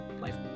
life